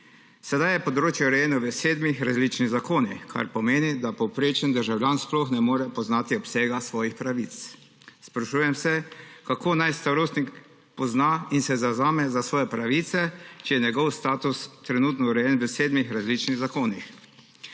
Sedaj je področje urejeno v sedmih različnih zakonih, kar pomeni, da povprečni državljan sploh ne more poznati obsega svojih pravic. Sprašujem se, kako naj starostnik pozna in se zavzame za svoje pravice, če je njegov status trenutno urejen v sedmih različnih zakonih.